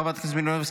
חברת הכנסת מלינובסקי,